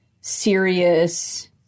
serious